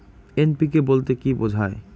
NPK বলতে কী বোঝায়?